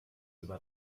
war